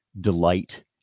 delight